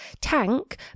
tank